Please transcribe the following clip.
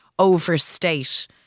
overstate